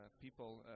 people